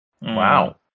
wow